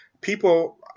People